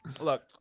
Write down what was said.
look